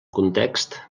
context